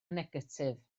negatif